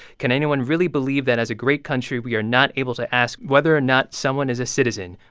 can anyone really believe that as a great country, we are not able to ask whether or not someone is a citizen?